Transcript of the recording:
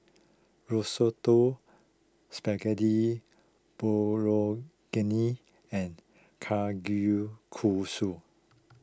Risotto Spaghetti Bolognese and Kalguksu